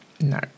No